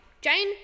Jane